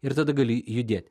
ir tada gali judėti